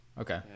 Okay